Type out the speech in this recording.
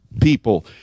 people